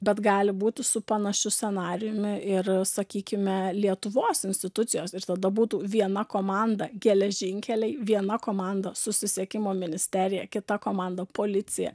bet gali būti su panašiu scenarijumi ir sakykime lietuvos institucijos ir tada būtų viena komanda geležinkeliai viena komanda susisiekimo ministerija kita komanda policija